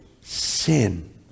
sin